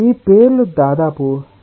ఈ పేర్లు దాదాపు సెల్ఫ్ ఎక్సప్లనాటోరీ